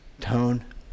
tone